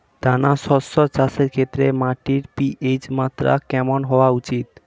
দানা শস্য চাষের ক্ষেত্রে মাটির পি.এইচ মাত্রা কেমন হওয়া উচিৎ?